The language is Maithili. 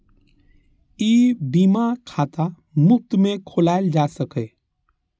ई बीमा खाता मुफ्त मे खोलाएल जा सकैए